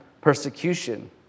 persecution